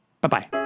Bye-bye